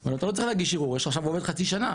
אבל אתה לא צריך להגיש ערעור יש לך עכשיו עובד חצי שנה,